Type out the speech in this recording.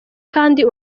kandi